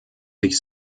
sich